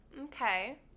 Okay